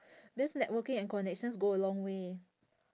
this networking and connections go a long way